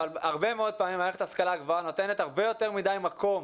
אבל הרבה מאוד פעמים מערכת ההשכלה הגבוהה נותנת הרבה יותר מדי מקום